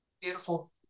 Beautiful